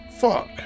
fuck